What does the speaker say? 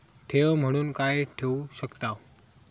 ठेव म्हणून काय ठेवू शकताव?